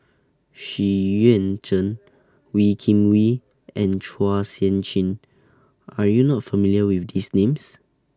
Xu Yuan Zhen Wee Kim Wee and Chua Sian Chin Are YOU not familiar with These Names